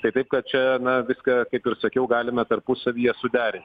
tai taip kad čia na viską kaip ir sakiau galime tarpusavyje suderinti